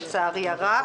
לצערי הרב.